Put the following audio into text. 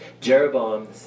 Jeroboam